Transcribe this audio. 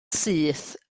syth